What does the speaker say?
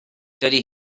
dydy